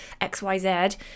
XYZ